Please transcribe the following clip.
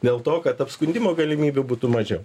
dėl to kad apskundimo galimybių būtų mažiau